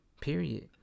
period